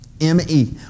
M-E